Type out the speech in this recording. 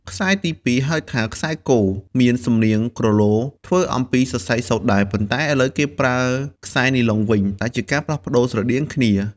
ខ្សែទីពីរ ហៅថា ខ្សែគ មានសំនៀងគ្រលរ ធ្វើអំពីសរសៃសូត្រដែរ ប៉ុន្តែឥឡូវគេប្រើខ្សែនីឡុងវិញ ដែលជាការផ្លាស់ប្តូរស្រដៀងគ្នា។